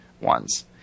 ones